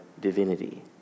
divinity